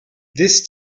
this